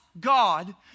God